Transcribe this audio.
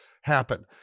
happen